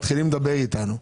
מתחילים לדבר איתנו.